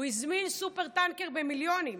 הוא הזמין סופר-טנקר במיליונים